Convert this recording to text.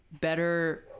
better